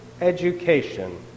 education